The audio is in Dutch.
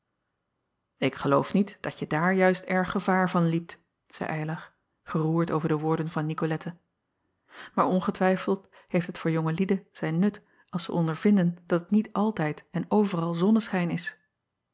k geloof niet dat je daar juist erg gevaar van liept zeî ylar geroerd over de woorden van icolette acob van ennep laasje evenster delen maar ongetwijfeld heeft het voor jonge lieden zijn nut als zij ondervinden dat het niet altijd en overal zonneschijn is